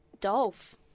Dolph